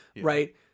right